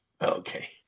Okay